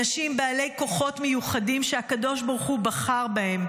אנשים בעלי כוחות מיוחדים שהקדוש ברוך הוא בחר בהם.